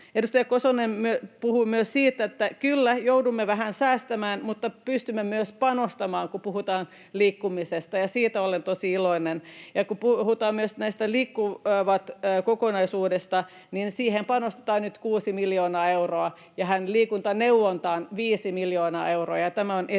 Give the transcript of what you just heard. Edustaja Kosonen puhui myös siitä, että kyllä, joudumme vähän säästämään, mutta pystymme myös panostamaan, kun puhutaan liikkumisesta, ja siitä olen tosi iloinen. Ja kun puhutaan myös tästä Liikkuvat-kokonaisuudesta, niin siihen panostetaan nyt kuusi miljoonaa euroa ja liikuntaneuvontaan viisi miljoonaa euroa,